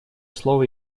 слово